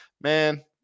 man